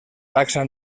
taxa